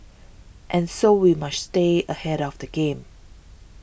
and so we must stay ahead of the game